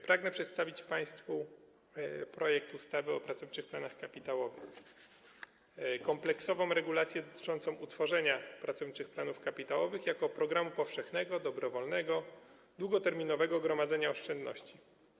Pragnę przedstawić państwu projekt ustawy o pracowniczych planach kapitałowych - kompleksową regulację dotyczącą utworzenia pracowniczych planów kapitałowych jako programu powszechnego, dobrowolnego, długoterminowego gromadzenia oszczędności.